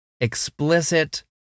explicit